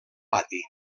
pati